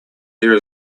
there